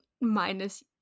Minus